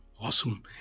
Awesome